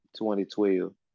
2012